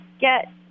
get